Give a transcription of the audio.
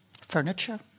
furniture